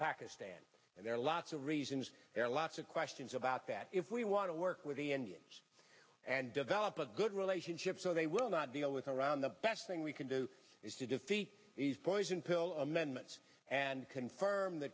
pakistan and there are lots of reasons there are lots of questions about that if we want to work with the indians and develop a good relationship so they will not deal with iran the best thing we can do is to defeat these poison pill amendments and confirm the